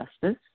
justice